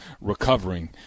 recovering